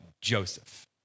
Joseph